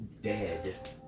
...dead